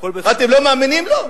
אתם לא מאמינים לו?